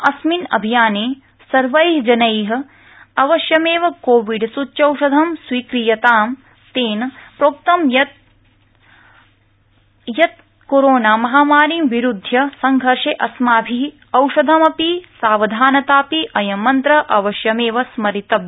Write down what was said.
अस्मिन् अभियाने सर्वै जनै अवश्यमेव कोविड सुच्यौषधम् स्वीक्रियाताम् तेन प्रोक्तं यत् कोरोना महामारी विरूध्य संघर्षे अस्माभि औषधम् अपि सावधानता अपि अयं मन्त्र अवश्यमेव स्मरितव्य